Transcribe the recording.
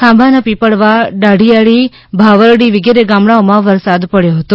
ખાંભાના પીપળવા દાઢીયાળી ભાવરડી વિગેરે ગામડાઓમા વરસાદ પડથો હતો